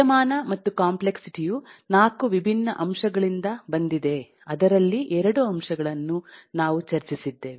ವಿದ್ಯಮಾನ ಮತ್ತು ಕಾಂಪ್ಲೆಕ್ಸಿಟಿ ಯು 4 ವಿಭಿನ್ನ ಅಂಶಗಳಿಂದ ಬಂದಿದೆ ಅದರಲ್ಲಿ 2 ಅಂಶಗಳನ್ನು ನಾವು ಚರ್ಚಸಿದ್ದೇವೆ